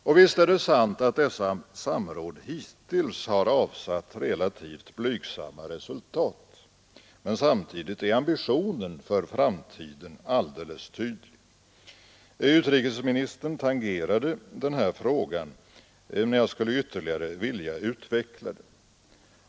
Och visst är det sant att dessa samråd hittills avsatt relativt blygsamma resultat. Men samtidigt är ambitionen för framtiden alldeles tydlig. Utrikesministern tangerade den här frågan, men jag skulle vilja ytterligare utveckla den.